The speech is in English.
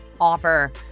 offer